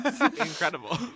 Incredible